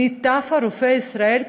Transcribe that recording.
מיטב רופאי ישראל,